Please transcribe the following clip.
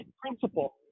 principle